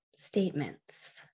statements